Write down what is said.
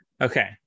Okay